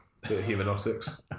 humanotics